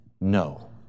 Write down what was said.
no